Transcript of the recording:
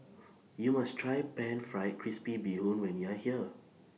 YOU must Try Pan Fried Crispy Bee Hoon when YOU Are here